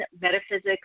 metaphysics